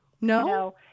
No